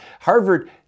Harvard